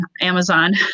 Amazon